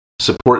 support